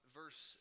verse